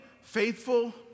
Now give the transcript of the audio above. faithful